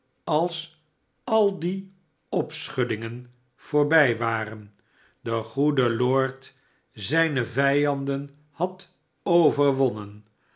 als al die opschuddingen voorbij waren de goede lord zijne vijanden had overwonnen